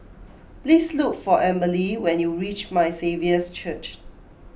please look for Amberly when you reach My Saviour's Church